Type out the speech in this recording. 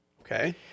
Okay